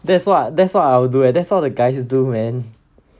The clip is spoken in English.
that's what that's what I would do eh that's what the guys do man